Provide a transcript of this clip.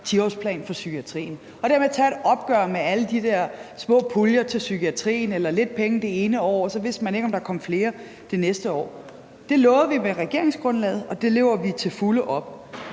10-årsplan for psykiatrien, og dermed tage et opgør med alle de der små puljer til psykiatrien eller lidt penge det ene år, og så vidste man ikke, om der kom flere det næste år. Det lovede vi med regeringsgrundlaget, og det lever vi til fulde op